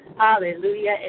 Hallelujah